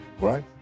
right